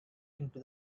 into